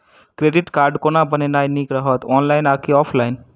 Credit card कोना बनेनाय नीक रहत? ऑनलाइन आ की ऑफलाइन?